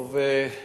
טוב, ברשותכם,